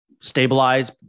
stabilize